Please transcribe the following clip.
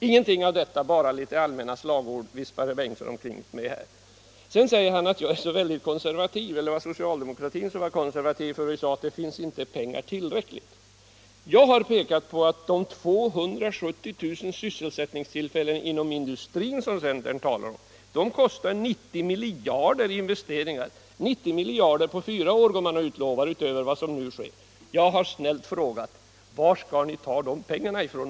Inget svar på detta gav herr Bengtson. Han viftade bara omkring med allmänna slagord. Sedan sade herr Bengtson att socialdemokraterna skulle vara konservativa, därför att vi säger att det inte finns tillräckligt med pengar. Jag har visat att de 270 000 sysselsättningstillfällen inom industrin som centern talar om kostar 90 miljarder i investeringar. Utöver vad som nu satsas utlovar centern alltså 90 miljarder på fyra år. Jag har snällt frågat: Varifrån skall ni ta de pengarna?